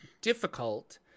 difficult